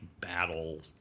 battle